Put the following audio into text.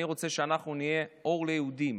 אני רוצה שאנחנו נהיה אור ליהודים